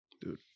Dude